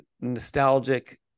nostalgic